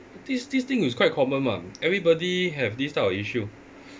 this this thing is quite common mah everybody have this type of issue